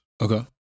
Okay